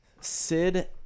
Sid